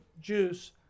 juice